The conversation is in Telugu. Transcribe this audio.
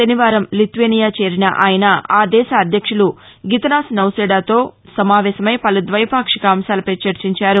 శనివారం లిత్వేనియా చేరిన ఆయన ఆ దేశ అధ్యక్షుడు గితనాస్ నౌసేడాతో సమావేశమై పలు ద్వైపాక్షిక అంశాలపై చర్చించారు